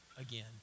again